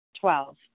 Twelve